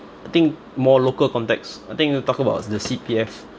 I think more local context I think we'll talk about the C_P_F